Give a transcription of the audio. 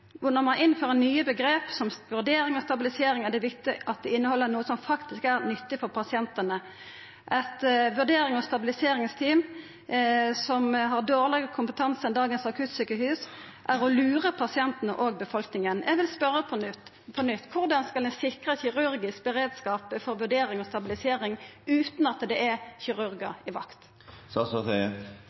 man innfører nye begrep som vurderings- og stabiliseringsteam er det viktig at de inneholder noe som faktisk er nyttig for pasientene. Et vurderings- og stabiliseringsteam som er mindre og har dårligere kompetanse enn dagens akuttsykehus er å lure pasientene og befolkningen.» Eg vil spørja på nytt: Korleis skal ein sikra kirurgisk beredskap for vurdering og stabilisering utan at det er kirurgar i